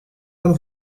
out